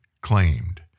claimed